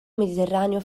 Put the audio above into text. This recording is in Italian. mediterraneo